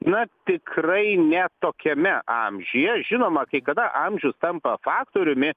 na tikrai ne tokiame amžiuje žinoma kai kada amžius tampa faktoriumi